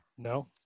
No